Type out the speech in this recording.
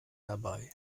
dabei